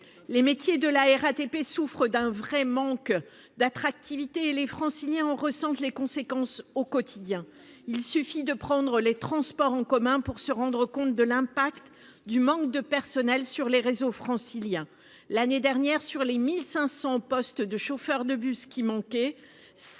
Les métiers de la RATP souffrent d'un véritable manque d'attractivité, et les Franciliens en ressentent les conséquences quotidiennement. Il suffit de prendre les transports en commun pour se rendre compte de l'effet du manque de personnels sur les réseaux franciliens. L'année dernière, sur 1 500 postes de chauffeurs de bus qui manquaient,